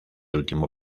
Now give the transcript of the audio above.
último